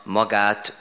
magát